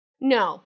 No